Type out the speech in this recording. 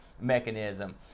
mechanism